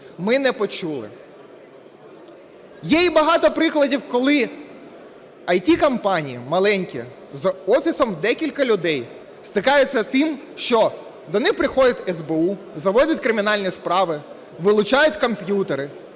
ми не почули. Є і багато прикладів, коли IT-компанії маленькі з офісом у декілька людей стикаються з тим, що до них приходить СБУ, заводять кримінальні справи, вилучають комп'ютери,